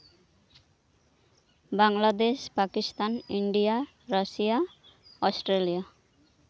Bangladesh Pakistan India Russia Australia